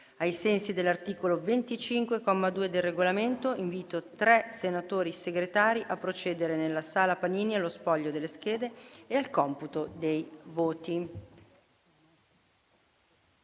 Ai sensi dell'articolo 25, comma 2, del Regolamento, invito tre senatori Segretari a procedere allo spoglio delle schede e al computo dei voti